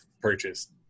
purchased